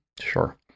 Sure